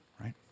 right